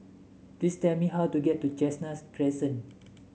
please tell me how to get to Chestnut Crescent